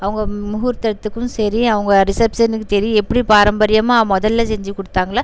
அவங்க முகூர்த்தத்துக்கும் சரி அவங்க ரிசப்ஸனுக்கும் சரி எப்படி பாரம்பரியமாக முதல்ல செஞ்சுக் கொடுத்தாங்களோ